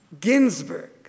Ginsburg